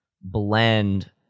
blend